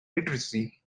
literacy